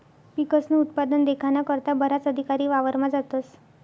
पिकस्नं उत्पादन देखाना करता बराच अधिकारी वावरमा जातस